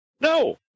No